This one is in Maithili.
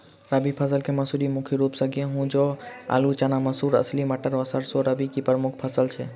रबी फसल केँ मसूरी मुख्य रूप सँ गेंहूँ, जौ, आलु,, चना, मसूर, अलसी, मटर व सैरसो रबी की प्रमुख फसल छै